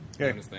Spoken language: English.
Okay